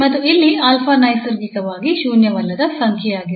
ಮತ್ತು ಇಲ್ಲಿ 𝑎 ನೈಸರ್ಗಿಕವಾಗಿ ಶೂನ್ಯವಲ್ಲದ ಸಂಖ್ಯೆಯಾಗಿದೆ